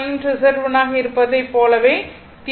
V1 I Z1 ஆக இருப்பதைப் போலவே தீர்க்கவும்